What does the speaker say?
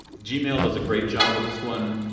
gmail does a great job with this one,